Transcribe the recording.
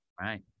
Right